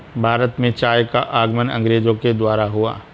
भारत में चाय का आगमन अंग्रेजो के द्वारा हुआ